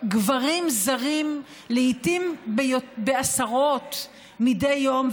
גברים זרים לעיתים בעשרות מדי יום,